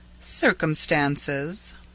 Circumstances